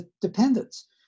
dependence